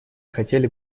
хотели